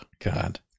God